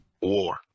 war